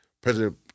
President